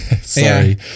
Sorry